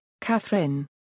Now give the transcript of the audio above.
Catherine –